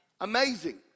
Amazing